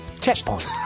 Checkpoint